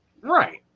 right